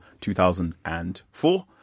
2004